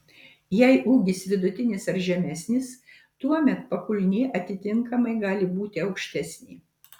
jei ūgis vidutinis ar žemesnis tuomet pakulnė atitinkamai gali būti aukštesnė